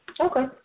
Okay